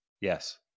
Yes